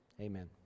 Amen